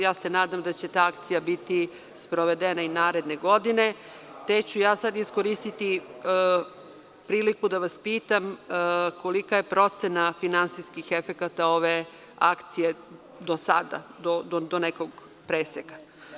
Ja se nadam da će ta akcija biti sprovedena i naredne godine, te ću ja sada iskoristiti priliku da vas pitam – kolika je procena finansijskih efekata ove akcije do sada, do nekog preseka?